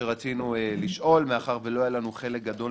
שרצינו לשאול מאחר שלא היה לנו חלק גדול